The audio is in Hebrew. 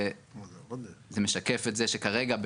זה משקף את זה שכרגע,